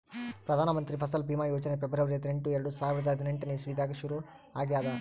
Pradhan Mantri Fasal Bima Yojana February ಹದಿನೆಂಟು, ಎರಡು ಸಾವಿರದಾ ಹದಿನೆಂಟನೇ ಇಸವಿದಾಗ್ ಶುರು ಆಗ್ಯಾದ್